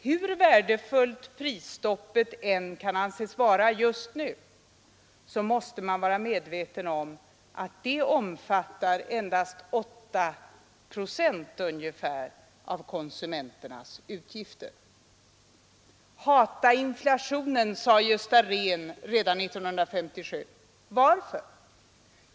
Hur värdefullt prisstoppet än kan anses vara just nu, måste man vara medveten om att det omfattar endast ungefär 8 procent av konsumenternas utgifter. ”Hata inflationen” sade Gösta Rehn redan 1957. Varför?